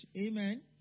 Amen